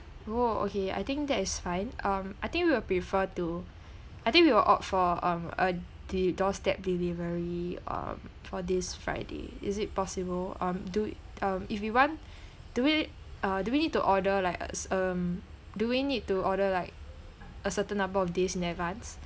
oh okay I think that is fine um I think we will prefer to I think we will opt for um uh the doorstep delivery um for this friday is it possible mm do um if we want do we uh do we need to order like us um do we need to order like a certain number of days in advance